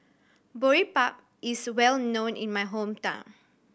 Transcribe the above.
Boribap is well known in my hometown